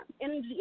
energy